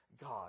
God